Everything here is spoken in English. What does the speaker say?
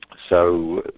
so,